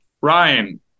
Ryan